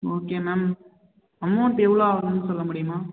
okay ma'am amount எவ்வளோ ஆகுன்னு சொல்ல முடியுமா